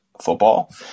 football